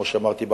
כמו שאמרתי,